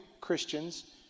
christians